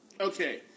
Okay